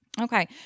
Okay